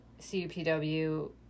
CUPW